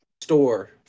store